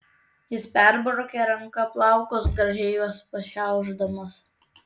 jis perbraukė ranka plaukus gražiai juos pašiaušdamas